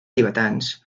tibetans